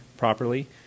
properly